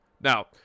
now